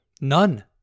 None